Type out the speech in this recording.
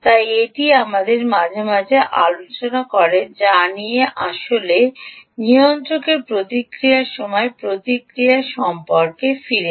তাই এটি আমাদের মাঝে মাঝে আলোচনা করে যা নিয়ে আসে নিয়ন্ত্রকের প্রতিক্রিয়া সময় প্রতিক্রিয়া সময় সম্পর্কে ফিরে